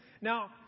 Now